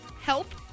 help